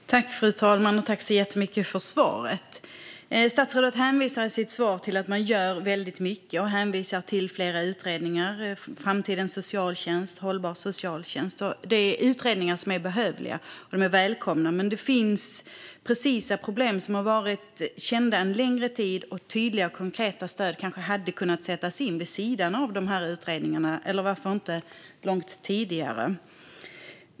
Fru talman! Jag tackar statsrådet så jättemycket för svaret. Hon säger i sitt svar att det görs väldigt mycket och hänvisar till flera utredningar. Hon nämner utredningen Framtidens socialtjänst och dess slutbetänkande Hållbar socialtjänst - E n ny socialtjänstlag . Det är fråga om utredningar som är behövliga och välkomna, men det finns precisa problem som varit kända en längre tid. Tydliga och konkreta stöd kanske hade kunnat sättas in vid sidan av de här utredningarna, eller varför inte långt tidigare.